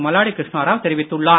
மல்லாடி கிருஷ்ணாராவ் தெரிவித்துள்ளார்